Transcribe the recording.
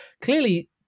clearly